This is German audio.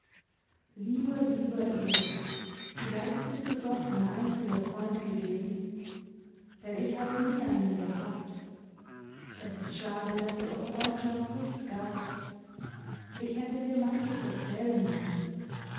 lieber lieber erik vielleicht bist du doch mein einziger freund gewesen denn ich habe nie einen gehabt es ist schade daß du auf freundschaft nichts gabst ich hätte dir manches erzählen mögen